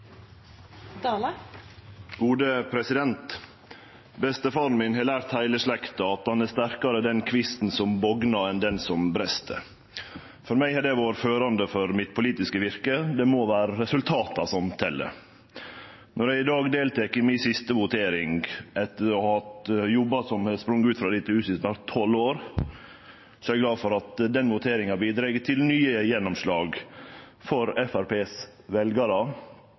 sterkare den kvisten som bognar enn han som brest. For meg har det vore førande for det mitt politiske virke. Det må vere resultata som tel. Når eg i dag deltek i mi siste votering etter å ha hatt jobbar som har sprunge ut av dette huset i snart tolv år, er eg glad for at den voteringa bidreg til nye gjennomslag for Framstegspartiets veljarar